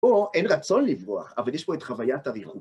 או אין רצון לברוח, אבל יש פה את חוויית הריחות.